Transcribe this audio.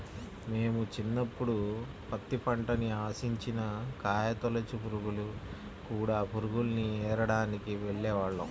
మేము చిన్నప్పుడు పత్తి పంటని ఆశించిన కాయతొలచు పురుగులు, కూడ పురుగుల్ని ఏరడానికి వెళ్ళేవాళ్ళం